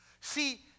See